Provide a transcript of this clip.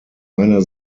einer